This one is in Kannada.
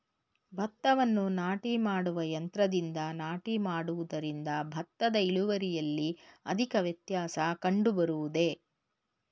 ಭತ್ತವನ್ನು ನಾಟಿ ಮಾಡುವ ಯಂತ್ರದಿಂದ ನಾಟಿ ಮಾಡುವುದರಿಂದ ಭತ್ತದ ಇಳುವರಿಯಲ್ಲಿ ಅಧಿಕ ವ್ಯತ್ಯಾಸ ಕಂಡುಬರುವುದೇ?